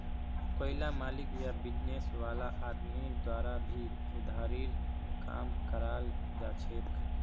कोईला मालिक या बिजनेस वाला आदमीर द्वारा भी उधारीर काम कराल जाछेक